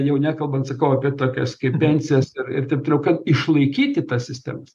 jau nekalbant sakau apie tokias kaip pensijas ir ir taip toliau kad išlaikyti tas sistemas